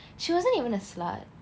she wasn't even a slut